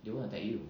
they won't attack you